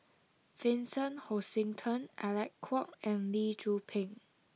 Vincent Hoisington Alec Kuok and Lee Tzu Pheng